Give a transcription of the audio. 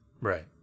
Right